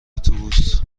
اتوبوس